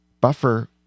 Buffer